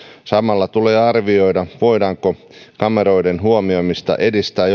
samalla tulee arvioida voidaanko kameroiden huomioimista edistää jollakin